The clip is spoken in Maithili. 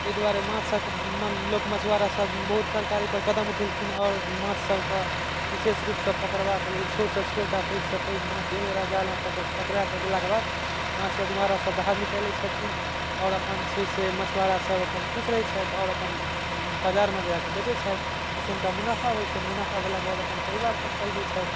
तै दुआरे माँछक लोक मछुआरा सब बहुत सरकार अइपर कदम उठेलखिन आओर माँछ सबके विशेष रूपसँ पकड़बाक लेल छोटसँ छोट आओर पैघसँ पैघ माँछ एक बेरा जालमे पकड़ा गेलाके बाद माँछ मछुआरा सब बाहर निकालै छथिन आओर अपन छै से मछुआरा सब अपन खुश रहै छथि आओर अपन बाजारमे जाकऽ बेचै छथि ओइसँ हुनका मुनाफा होइ छनि मुनाफा भेलाके बाद अपन परिवार सब चलबैति छथि